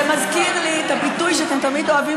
זה מזכיר לי את הביטוי שאתם תמיד אוהבים